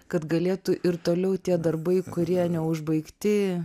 kad galėtų ir toliau tie darbai kurie neužbaigti